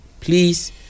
please